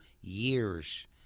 years